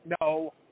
no